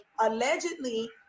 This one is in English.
allegedly